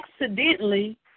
accidentally